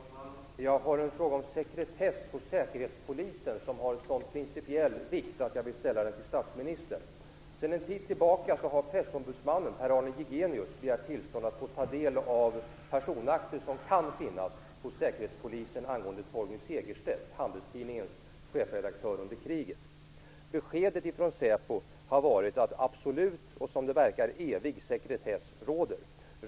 Fru talman! Jag har en fråga om sekretess hos Säkerhetspolisen som har en sådan principiell vikt att jag vill ställa den till statsministern. Sedan en tid tillbaka har pressombudsmannen, Pär-Arne Jigenius, begärt tillstånd att få ta del av personakter som kan finnas hos Säkerhetspolisen angående Torgny Segerstedt, Handelstidningens chefredaktör under kriget. Beskedet från SÄPO har varit att absolut och som det verkar evig sekretess råder.